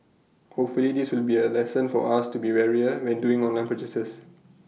hopefully this will be A lesson for us to be warier when doing online purchases